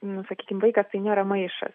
nu sakykim vaikas tai nėra maišas